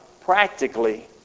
practically